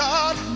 God